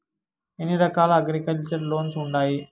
ఎన్ని రకాల agriculture loans ఉండాయి